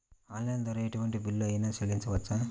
Online ద్వారా ఎటువంటి bill అయినా చెల్లించవచ్చా?